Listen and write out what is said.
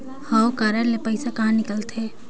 हव कारड ले पइसा कहा निकलथे?